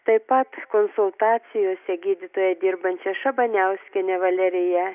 taip pat konsultacijose gydytoja dirbanti šabaniauskienė valerija